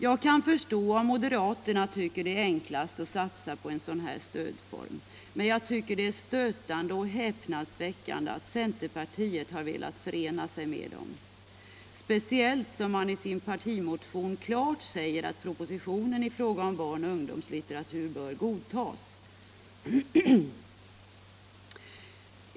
Jag kan förstå om moderaterna tycker att det är enklast att satsa på en sådan här stödform, men jag tycker det är stötande och häpnadsväckande att centerpartiet har velat förena sig med dem, speciellt som man i sin partimotion klart säger att propositionen i fråga om barnoch ungdomslitteratur bör godtas.